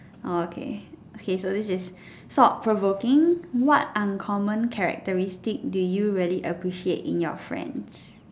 uh okay okay so this is stop provoking what uncommon characteristic do you really appreciate in your friends